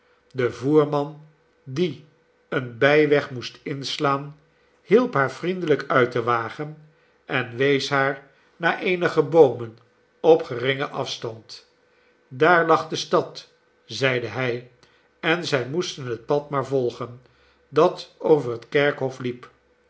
de voer man die een bij weg rnoest inslaan hielp haar vriendelijk uit den wagen en wees haar naar eenige boomen op geringen afstand daar lag de stad zeide hij en zij moesten het pad maar volgen dat over het kerkhof liep